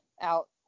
out